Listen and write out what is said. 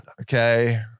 okay